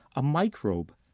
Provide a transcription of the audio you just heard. a microbe,